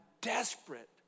desperate